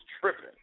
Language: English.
tripping